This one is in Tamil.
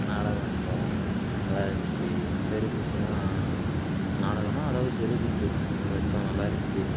நாடகம் வச்சோம் நல்லா இருந்துச்சு தெருக்கூத்துனா நாடகோன்னா அதாவது தெருக்கூத்து அது வச்சோம் நல்லா இருந்துச்சு